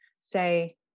say